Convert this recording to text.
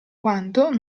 quanto